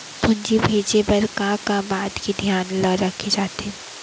पूंजी भेजे बर का का बात के धियान ल रखे जाथे?